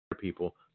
people